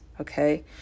okay